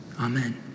Amen